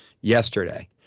yesterday